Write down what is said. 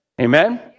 Amen